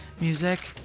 music